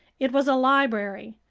it was a library.